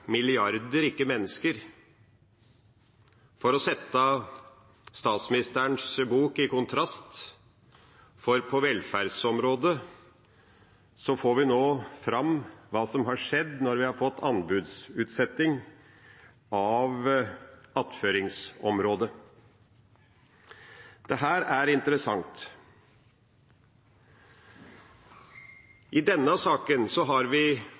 ikke mennesker» – for å sette statsministerens bok i kontrast. På velferdsområdet får vi nå fram hva som har skjedd når vi har fått anbudsutsetting av attføringsområdet. Dette er interessant. I denne saken